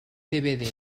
dvd